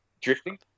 Drifting